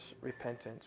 repentance